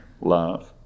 love